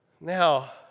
Now